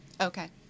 Okay